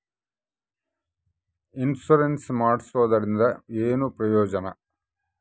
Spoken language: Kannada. ಇನ್ಸುರೆನ್ಸ್ ಮಾಡ್ಸೋದರಿಂದ ಏನು ಪ್ರಯೋಜನ?